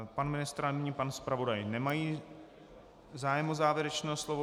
Pan ministr ani pan zpravodaj nemají zájem o závěrečné slovo.